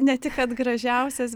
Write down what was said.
ne tik kad gražiausias